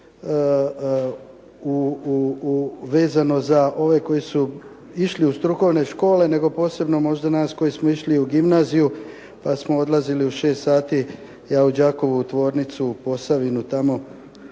vezano za ove koji su išli u strukovne škole, nego posebno možda nas koji smo išli u gimnaziju pa smo odlazili u 6 sati ja u Đakovo u tvornicu, u Posavinu tamo